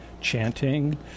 chanting